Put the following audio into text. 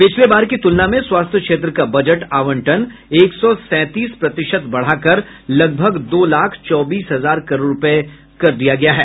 पिछले बार की तुलना में स्वास्थ्य क्षेत्र का बजट आवंटन एक सौ सैंतीस प्रतिशत बढ़ाकर लगभग दो लाख चौबीस हजार करोड़ रूपये किया गया है